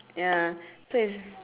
ya so it's